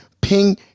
ping